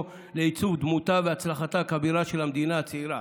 לעיצוב דמותה והצלחתה הכבירה של המדינה הצעירה.